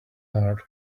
heart